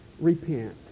repent